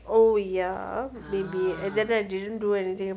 oh ya maybe and then I didn't do anything